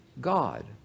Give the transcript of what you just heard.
God